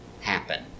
happen